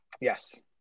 Yes